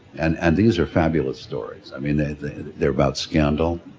and and these are fabulous stories. i mean they're they're about scandal,